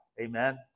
amen